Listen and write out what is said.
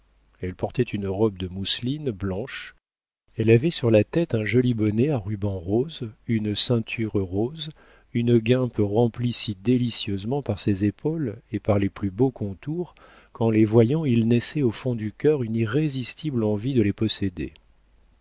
elle portait une robe de mousseline blanche elle avait sur la tête un joli bonnet à rubans roses une ceinture rose une guimpe remplie si délicieusement par ses épaules et par les plus beaux contours qu'en les voyant il naissait au fond du cœur une irrésistible envie de les posséder